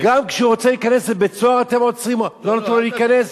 גם כשהוא רוצה להיכנס לבית-סוהר אתם לא נותנים לו להיכנס?